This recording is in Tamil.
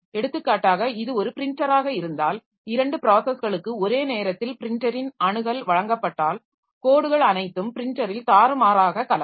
எடுத்துக்காட்டாக இது ஒரு ப்ரின்டராக இருந்தால் இரண்டு ப்ராஸஸ்களுக்கு ஒரே நேரத்தில் ப்ரின்டரின் அணுகல் வழங்கப்பட்டால் கோடுகள் அனைத்தும் ப்ரின்டரில் தாறுமாறாகக் கலக்கும்